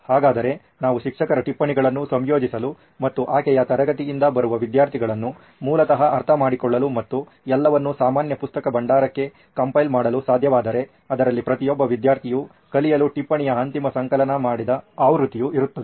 ಹಾಗಾದರೆ ನಾವು ಶಿಕ್ಷಕರ ಟಿಪ್ಪಣಿಗಳನ್ನು ಸಂಯೋಜಿಸಲು ಮತ್ತು ಆಕೆಯ ತರಗತಿಯಿಂದ ಬರುವ ವಿದ್ಯಾರ್ಥಿಗಳನ್ನು ಮೂಲತಃ ಅರ್ಥಮಾಡಿಕೊಳ್ಳಲು ಮತ್ತು ಎಲ್ಲವನ್ನು ಸಾಮಾನ್ಯ ಪುಸ್ತಕ ಭಂಡಾರಕ್ಕೆ ಕಂಪೈಲ್ ಮಾಡಲು ಸಾಧ್ಯವಾದರೆ ಅದರಲ್ಲಿ ಪ್ರತಿಯೊಬ್ಬ ವಿದ್ಯಾರ್ಥಿಯೂ ಕಲಿಯಲು ಟಿಪ್ಪಣಿಯ ಅಂತಿಮ ಸಂಕಲನ ಮಾಡಿದ ಆವೃತ್ತಿಯು ಇರುತ್ತದೆ